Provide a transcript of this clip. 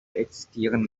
existieren